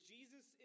Jesus